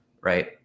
right